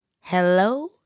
Hello